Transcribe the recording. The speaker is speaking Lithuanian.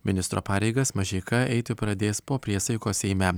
ministro pareigas mažeika eiti pradės po priesaikos seime